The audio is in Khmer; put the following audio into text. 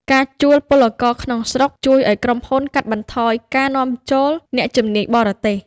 ការជួលពលករក្នុងស្រុកជួយឱ្យក្រុមហ៊ុនកាត់បន្ថយការនាំចូលអ្នកជំនាញបរទេស។